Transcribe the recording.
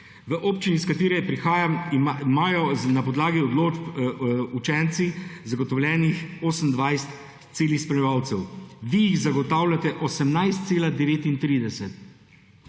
V občini, iz katere prihajam, imajo na podlagi odločb učenci zagotovljenih 28 celih spremljevalcev. Vi jih zagotavljate 18,39.